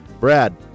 Brad